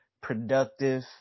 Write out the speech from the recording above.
productive